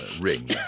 ring